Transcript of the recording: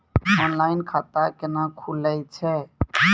Online खाता केना खुलै छै?